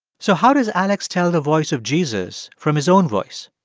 so how does alex tell the voice of jesus from his own voice?